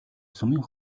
сумын